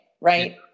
right